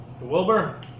Wilbur